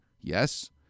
Yes